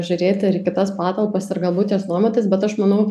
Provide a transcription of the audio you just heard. žiūrėti ir į kitas patalpas ir galbūt jas nuomotis bet aš manau